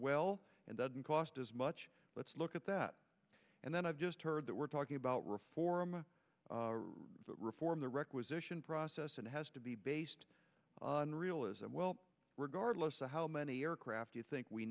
well and doesn't cost as much let's look at that and then i've just heard that we're talking about reform reform the requisition process and has to be based on real as well regardless of how many aircraft you think we